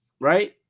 right